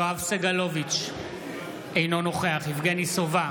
יואב סגלוביץ' אינו נוכח יבגני סובה,